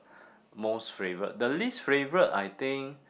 most favourite the least favourite I think